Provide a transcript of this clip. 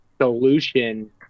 solution